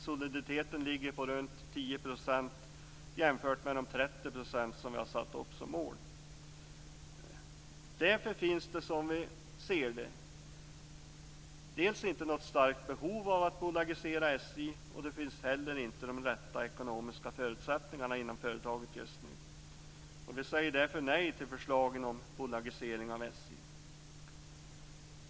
Soliditeten ligger på omkring 10 % jämfört med 30 % som vi har satt upp som mål. Därför finns det som vi ser det inte något starkt behov av att bolagisera SJ. Det finns inte heller de rätta ekonomiska förutsättningarna inom företaget just nu. Vi säger därför nej till förslagen om bolagisering av SJ.